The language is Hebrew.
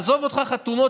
עזוב אותך חתונות,